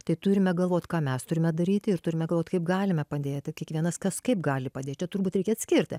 tai turime galvot ką mes turime daryti ir turime galvot kaip galime padėti kiekvienas kas kaip gali padėt čia turbūt reikia atskirti